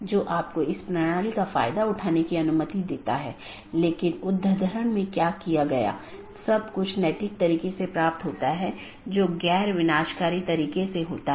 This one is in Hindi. नेटवर्क लेयर की जानकारी क्या है इसमें नेटवर्क के सेट होते हैं जोकि एक टपल की लंबाई और उपसर्ग द्वारा दर्शाए जाते हैं जैसा कि 14 202 में 14 लम्बाई है और 202 उपसर्ग है और यह उदाहरण CIDR रूट है